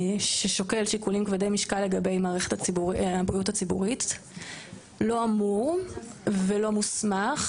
ששוקל שיקולים כבדי משקל לגבי מערכת הבריאות הציבורית לא אמור ולא מוסמך